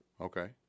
Okay